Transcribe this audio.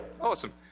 Awesome